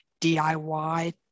DIY